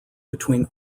between